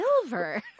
silver